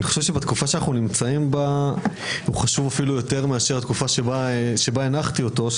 בתקופה שאנחנו נמצאים בה הוא חשוב אפילו יותר מהתקופה בה הנחתי אותו,